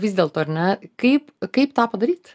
vis dėlto ar ne kaip kaip tą padaryt